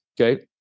okay